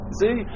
see